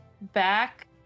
back